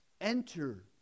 Enter